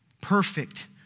perfect